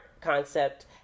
concept